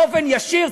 באופן ישיר,